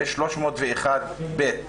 ויש 301ב,